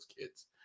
kids